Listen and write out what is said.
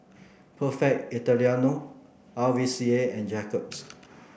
Perfect Italiano R V C A and Jacob's